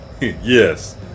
Yes